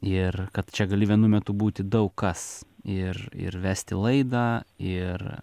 ir kad čia gali vienu metu būti daug kas ir ir vesti laidą ir